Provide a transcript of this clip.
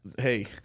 Hey